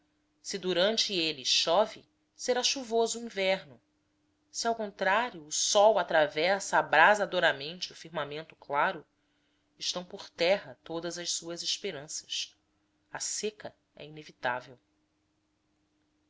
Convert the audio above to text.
se durante ele chove será chuvoso o inverno se ao contrário o sol atravessa abrasadoramente o firmamento claro estão por terra todas as suas esperanças a seca é inevitável